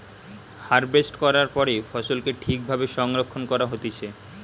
harvest করার পরে ফসলকে ঠিক ভাবে সংরক্ষণ করা হতিছে